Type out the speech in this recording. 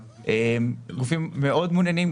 גופים מאוד מעוניינים,